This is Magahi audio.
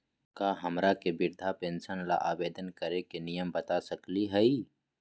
का हमरा के वृद्धा पेंसन ल आवेदन करे के नियम बता सकली हई?